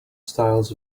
styles